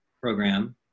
program